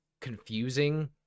confusing